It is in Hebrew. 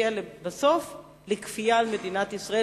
בסוף זה יגיע לכפייה על מדינת ישראל,